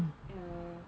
uh